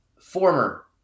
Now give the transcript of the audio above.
former